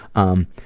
um,